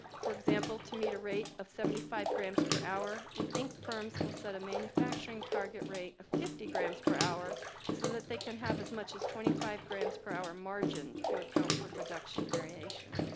for example, to meet a rate of seventy five grams per hour, we think firms will set a manufacturing target rate of fifty grams per hour so that they can have as much as twenty five grams per hour margin to account for production variation.